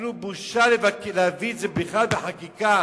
אפילו בושה להביא את זה בכלל בחקיקה.